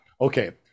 okay